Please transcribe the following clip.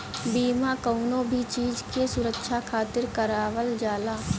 बीमा कवनो भी चीज के सुरक्षा खातिर करवावल जाला